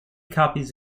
copies